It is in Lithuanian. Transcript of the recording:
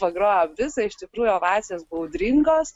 pagrojo visą iš tikrųjų ovacijos buvo audringos